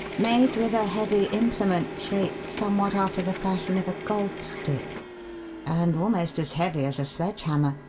made with a heavy implement shaped somewhat after the fashion of a golf stick and almost as heavy as a sledge hammer,